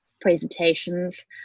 presentations